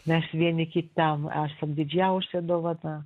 mes vieni kitam esam didžiausia dovana